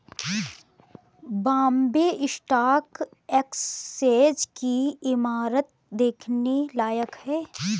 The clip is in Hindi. बॉम्बे स्टॉक एक्सचेंज की इमारत देखने लायक है